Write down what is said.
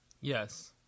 Yes